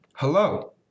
Hello